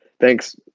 Thanks